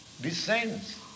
descends